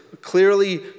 clearly